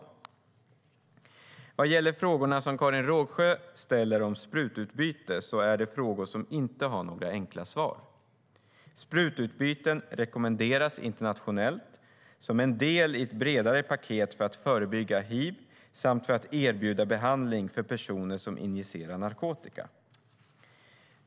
Vad gäller frågorna Karin Rågsjö ställer om sprututbyte är det frågor som inte har några enkla svar. Sprututbyten rekommenderas internationellt som en del i ett bredare paket för att förbygga hiv samt för att erbjuda behandling för personer som injicerar narkotika.